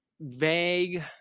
vague